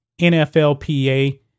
NFLPA